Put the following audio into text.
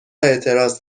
اعتراض